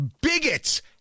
bigots